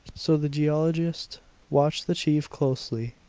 so the geologist watched the chief closely,